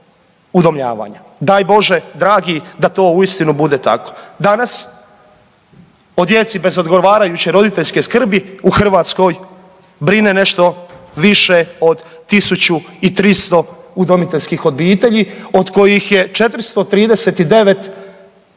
udomljavanja. Daj Bože dragi da to uistinu bude tako. Danas o djeci bez odgovarajuće roditeljske skrbi u Hrvatskoj brine nešto više od 1300 udomiteljskih obitelji od kojih je 439